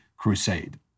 crusade